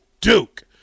Duke